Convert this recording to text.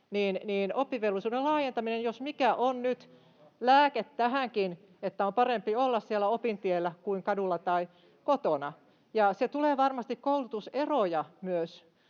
eri mieltä oikeistosta — jos mikä on nyt lääke tähänkin, että on parempi olla siellä opintiellä kuin kadulla tai kotona. Se tulee varmasti vähentämään myös